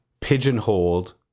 pigeonholed